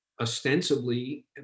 ostensibly